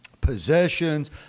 Possessions